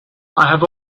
have